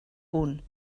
punt